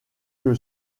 que